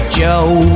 joe